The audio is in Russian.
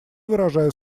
выражаю